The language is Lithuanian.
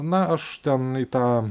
na aš ten į tą